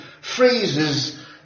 phrases